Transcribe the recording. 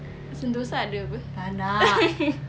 sentosa ada [pe]